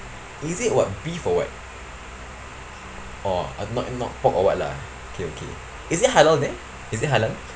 is it what beef or what oh not not pork or what lah okay okay is it halal there is it halal